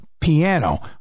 piano